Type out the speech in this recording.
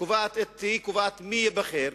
קובעת מי ייבחר,